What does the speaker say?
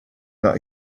that